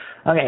Okay